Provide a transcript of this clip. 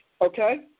Okay